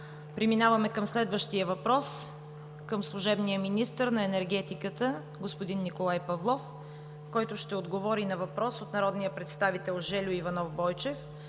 Преминаваме към следващия въпрос към служебния министър на енергетика – господин Николай Павлов, който ще отговори на въпроса от народните представители Жельо Бойчев